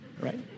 Right